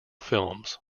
films